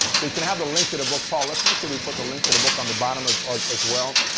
so you can have the link to the book, paul, let's make sure we put the link to the book on the bottom ah um as well,